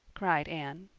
cried anne.